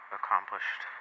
accomplished